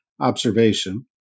observation